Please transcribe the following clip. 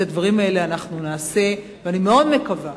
את הדברים האלה אנחנו נעשה, ואני מאוד מקווה